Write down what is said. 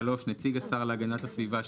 נציג השר להגנת הסביבה,